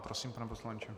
Prosím, pane poslanče.